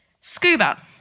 scuba